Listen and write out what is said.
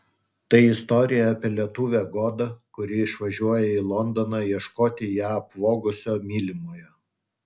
tai istorija apie lietuvę godą kuri išvažiuoja į londoną ieškoti ją apvogusio mylimojo